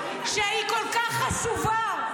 שהיא כל כך חשובה,